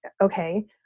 okay